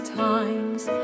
times